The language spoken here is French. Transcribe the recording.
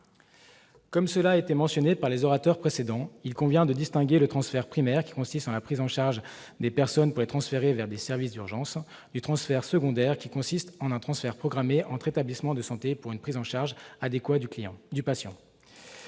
Comme l'ont mentionné les orateurs précédents, il convient de distinguer le transfert primaire, qui consiste en la prise en charge des personnes pour les transporter vers les services d'urgence, du transfert secondaire, soit un transfert programmé entre établissements de santé pour une prise en charge adéquate du patient.